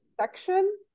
section